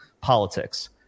politics